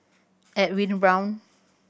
Edwin Brown